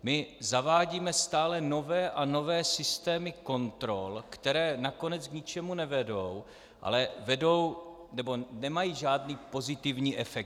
My zavádíme stále nové a nové systémy kontrol, které nakonec k ničemu nevedou, ale vedou nebo nemají žádný pozitivní efekt.